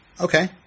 Okay